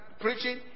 preaching